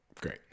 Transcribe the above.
Great